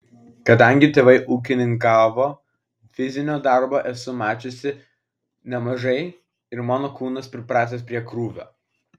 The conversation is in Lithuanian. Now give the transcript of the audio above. kadangi tėvai ūkininkavo fizinio darbo esu mačiusi nemažai ir mano kūnas pripratęs prie krūvio